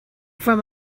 from